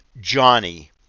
Johnny